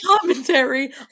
commentary